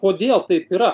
kodėl taip yra